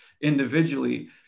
individually